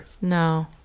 No